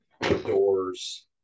doors